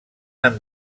han